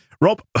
Rob